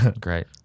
great